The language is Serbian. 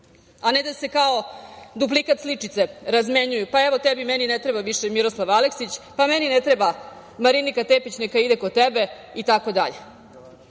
a ne da se kao duplikat sličice razmenjuju, pa evo tebi, meni ne treba više Miroslav Aleksić, meni ne treba Marinika Tepić, neka ide kod tebe itd. Čak